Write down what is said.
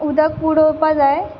उदक उडोपा जाय